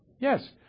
Yes